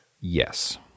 Yes